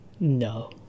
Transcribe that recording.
No